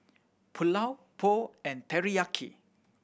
Pulao Pho and Teriyaki